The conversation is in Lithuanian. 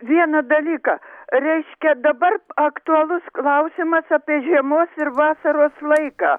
vieną dalyką reiškia dabar aktualus klausimas apie žiemos ir vasaros laiką